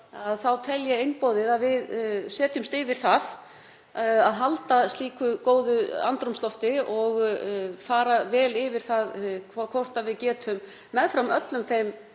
tel ég einboðið að við setjumst yfir það að halda slíku góðu andrúmslofti og fara vel yfir hvort við getum meðfram öllum þeim